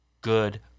good